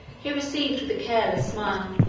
he received with a careless smile